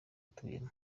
atuyemo